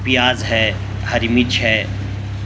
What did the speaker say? پیاز ہے ہری مرچ ہے